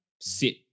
sit